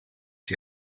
die